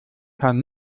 kann